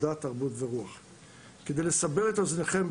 דהיינו,